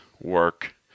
work